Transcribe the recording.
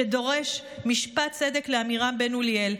שדורש משפט צדק לעמירם בן אוליאל,